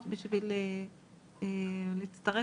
התקבלו.